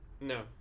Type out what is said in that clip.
No